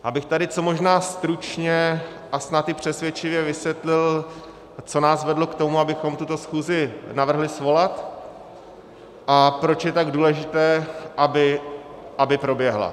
Abych tady co možná stručně a snad i přesvědčivě vysvětlil, co nás vedlo k tomu, abychom tuto schůzi navrhli svolat, a proč je tak důležité, aby proběhla.